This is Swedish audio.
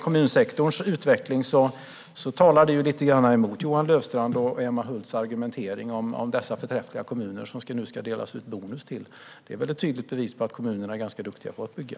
Kommunsektorns utveckling talar lite mot Johan Löfstrands och Emma Hults argument om dessa förträffliga kommuner som det ska delas ut bonus till. Det är väl ett tydligt bevis på att kommunerna är duktiga på att bygga.